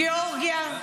גיאורגיה,